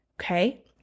okay